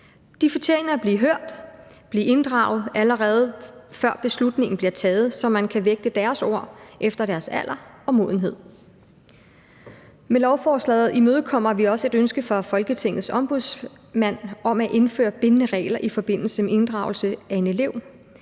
De fortjener at blive hørt og inddraget, allerede før beslutningen bliver taget, så deres ord kan vægtes efter deres alder og modenhed. Med lovforslaget imødekommer vi også et ønske fra Folketingets Ombudsmand om at indføre bindende regler i forbindelse med inddragelse af en elev,